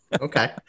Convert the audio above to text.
Okay